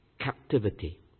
captivity